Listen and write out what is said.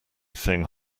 thing